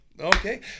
Okay